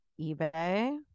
eBay